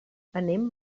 anem